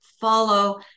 follow